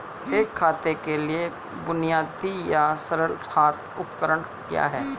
एक खेत के लिए बुनियादी या सरल हाथ उपकरण क्या हैं?